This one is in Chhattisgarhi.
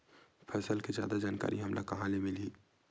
फसल के जादा जानकारी हमला कहां ले मिलही?